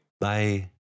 bye